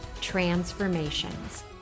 transformations